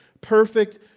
perfect